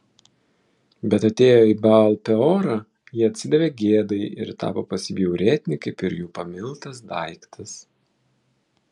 bet atėję į baal peorą jie atsidavė gėdai ir tapo pasibjaurėtini kaip ir jų pamiltas daiktas